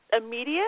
immediate